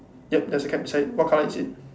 yup there's a cat beside what colour is it